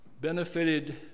benefited